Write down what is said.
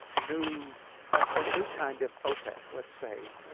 new ah new kind of opec, let's say.